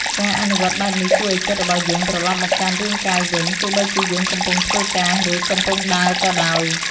ការអនុវត្តបែបនេះជួយឱ្យចិត្តរបស់យើងត្រឡប់មកកាន់រាងកាយវិញទោះបីជាយើងកំពុងធ្វើការ ឬ កំពុងដើរក៏ដោយ។